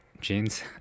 jeans